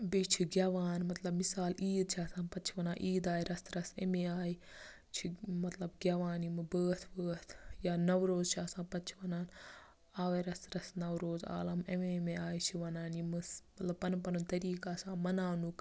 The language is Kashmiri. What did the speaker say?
بیٚیہِ چھِ گٮ۪وان مَطلَب مِثال عید چھِ آسان پَتہٕ چھِ وَنان عید آیہِ رَسہٕ رَسہٕ اَمی آیہِ چھِ مَطلَب گٮ۪وان یِمہٕ بٲتھ وٲتھ یا نَوروز چھِ آسان پَتہٕ چھِ وَنان آوے رَسہٕ رَسہٕ نَوروز عالم اَمی اَمی آیہِ چھِ وَنان یِم مَطلَب پَنُن پَنُن طریٖقہٕ آسان مَناونُک